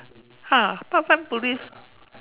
!huh! part time police